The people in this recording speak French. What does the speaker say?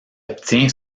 obtient